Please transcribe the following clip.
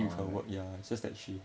orh right